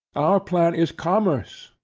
our plan is commerce,